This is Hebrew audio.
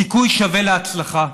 סיכוי שווה להצלחה.